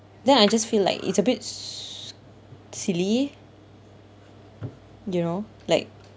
then I just feel like it's a bit s~ silly you know like